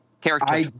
character